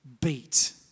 beat